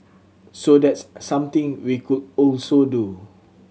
so that's something we could also do